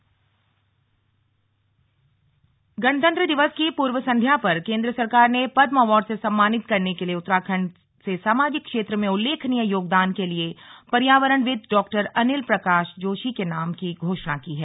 पदमभूषण गणतंत्र दिवस की पूर्व संध्या पर केंद्र सरकार ने पद्म अवार्ड से सम्मानित करने के लिए उत्तराखण्ड से सामाजिक क्षेत्र में उल्लेखनीय योगदान के लिए हेस्को के संस्थापक डॉक्टर अनिल प्रकाश जोशी के नाम की भी घोषणा की है